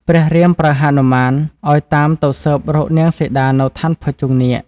ព្រះរាមប្រើហនុមាន ឱ្យតាមទៅស៊ើបរកនាងសីតានៅឋានភុជុង្គនាគ។